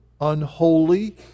unholy